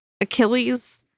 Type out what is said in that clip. Achilles